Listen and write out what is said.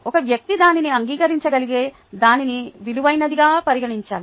ఒక వ్యక్తి దానిని అంగీకరించగలిగేలా దానిని విలువైనదిగా పరిగణించాలి